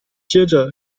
接着